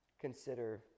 consider